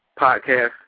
podcast